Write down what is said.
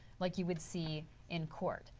like you would see in court.